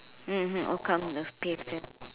mm overcome the fear